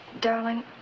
Darling